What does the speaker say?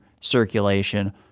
circulation